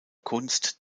kunst